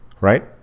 Right